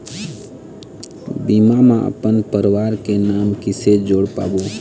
बीमा म अपन परवार के नाम किसे जोड़ पाबो?